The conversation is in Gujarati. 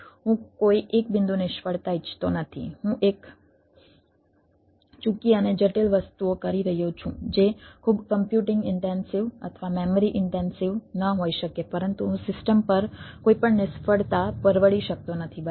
હું કોઈ એક બિંદુ નિષ્ફળતા ઇચ્છતો નથી હું એક ચૂકી અને જટિલ વસ્તુઓ કરી રહ્યો છું જે ખૂબ કમ્પ્યુટિંગ ઇન્ટેન્સિવ અથવા મેમરી ઇન્ટેન્સિવ ન હોઈ શકે પરંતુ હું સિસ્ટમ પર કોઈપણ નિષ્ફળતા પરવડી શકતો નથી બરાબર